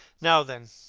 now, then,